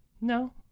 no